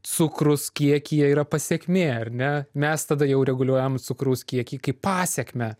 cukrus kiekyje yra pasekmė ar ne mes tada jau reguliuojam cukraus kiekį kaip pasekmę